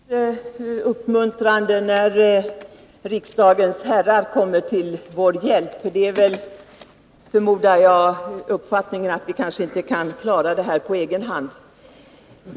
Herr talman! Det känns uppmuntrande när riksdagens herrar kommer till vår hjälp. Deras uppfattning är, förmodar jag, att vi inte kan klara det här på egen hand.